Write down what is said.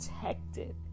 protected